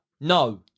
No